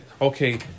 Okay